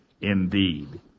indeed